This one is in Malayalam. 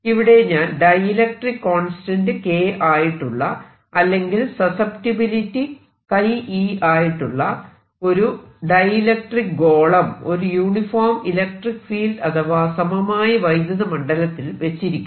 ഇവിടെ ഞാൻ ഡൈഇലക്ട്രിക്ക് കോൺസ്റ്റന്റ് K ആയിട്ടുള്ള അല്ലെങ്കിൽ സസ്സെപ്റ്റിബിലിറ്റി e ആയിട്ടുള്ള ഒരു ഡൈഇലക്ട്രിക്ക് ഗോളം ഒരു യൂണിഫോം ഇലക്ട്രിക്ക് ഫീൽഡ് അഥവാ സമമായ വൈദ്യുത മണ്ഡലത്തിൽ വെച്ചിരിക്കുന്നു